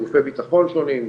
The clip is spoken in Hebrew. גופי ביטחון שונים,